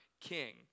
King